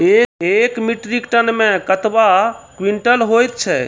एक metric ton मे कतवा क्वींटल हैत छै?